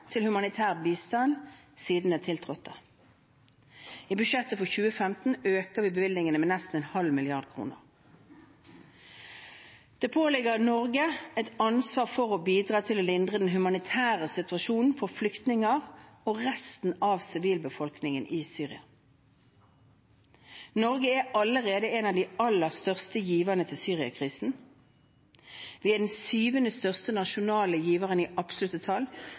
til humanitær bistand siden den tiltrådte. I budsjettet for 2015 økte vi bevilgningene med nesten en halv milliard kroner. Det påligger Norge et ansvar for å bidra til å lindre den humanitære situasjonen for flyktninger og resten av sivilbefolkningen i Syria. Norge er allerede en av de aller største giverne til Syria-krisen. Vi er den syvende største nasjonale giveren i absolutte tall